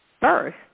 first